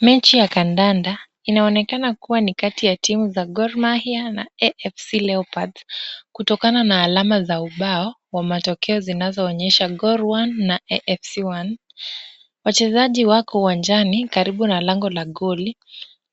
Mechi ya kandanda inaonekana kuwa ni kati ya team za Gor Mahia na Afc Lepards. Kutokana na alama za ubao wa matokeo zinazoonyesha Gor 1 na Afc 1. Wachezaji wako uwanjani karibu na lango la goli